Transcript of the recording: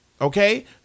okay